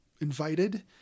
invited